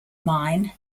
mine